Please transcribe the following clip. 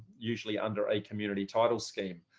usually under a community title scheme.